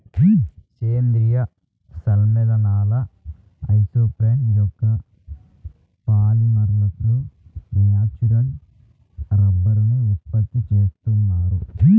సేంద్రీయ సమ్మేళనాల ఐసోప్రేన్ యొక్క పాలిమర్లతో న్యాచురల్ రబ్బరుని ఉత్పత్తి చేస్తున్నారు